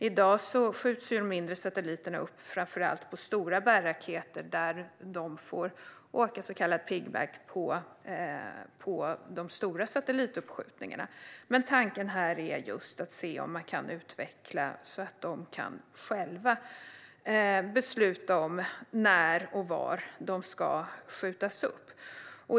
I dag skjuts de mindre satelliterna upp framför allt på stora bärraketer och får alltså åka så kallad piggyback på de stora satellituppskjutningarna, men tanken här är just att se om man kan utveckla detta så att man själv kan besluta när och var de ska skjutas upp.